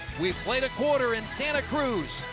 we've played a quarter in santa cruz,